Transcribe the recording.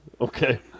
Okay